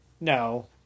no